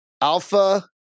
alpha